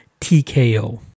tko